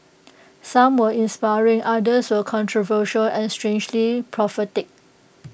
some were inspiring others were controversial and strangely prophetic